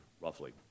roughly